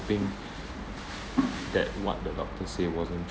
that what the doctor say wasn't